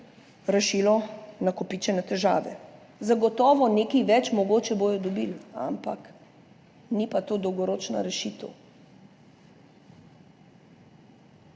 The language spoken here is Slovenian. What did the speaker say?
rešilo nakopičene težave. Zagotovo bodo nekaj več mogoče dobili, ampak ni pa to dolgoročna rešitev.